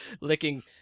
licking